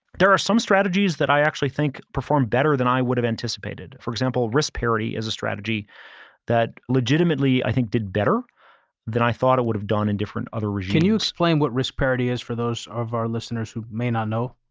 there are some strategies that i actually think perform better than i would have anticipated. for example, risk parity is a strategy that legitimately i think did better than i thought it would have done in different other regimes. can you explain what risk parity is for those of our listeners who may not know.